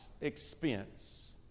expense